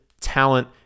talent